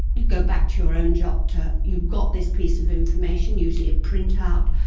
you'd go back to your own doctor, you've got this piece of information, usually a printout,